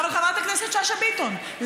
אבל חברת הכנסת שאשא ביטון,